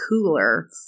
cooler